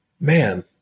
man